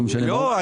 לא משנה מה --- לא,